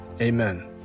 Amen